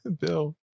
Bill